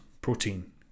Protein